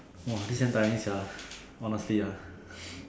!wah! this damn tiring sia honestly ah